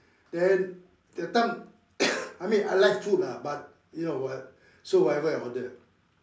then that time I mean I like food lah but you know what so whatever I ordered